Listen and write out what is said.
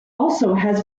also